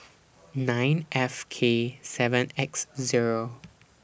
nine F K seven X Zero